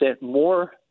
more